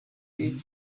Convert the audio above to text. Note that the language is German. sie